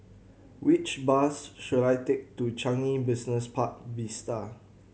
which bus should I take to Changi Business Park Vista